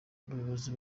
ubuyobozi